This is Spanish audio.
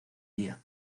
día